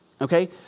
okay